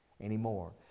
anymore